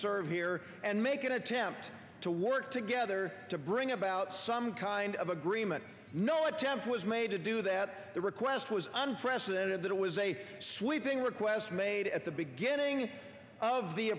serve here and make an attempt to work together to bring about some kind of agreement no attempt was made to do that the request was unprecedented that it was a sweeping request made at the beginning of the